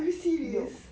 are you serious